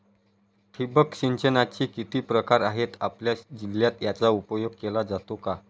ठिबक सिंचनाचे किती प्रकार आहेत? आपल्या जिल्ह्यात याचा उपयोग केला जातो का?